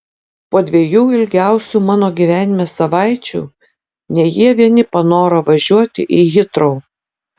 po dviejų ilgiausių mano gyvenime savaičių ne jie vieni panoro važiuoti į hitrou